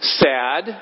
sad